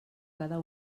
cada